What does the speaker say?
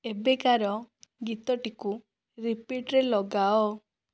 ଏବେକାର ଗୀତଟିକୁ ରିପିଟ୍ରେ ଲଗାଅ